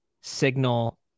signal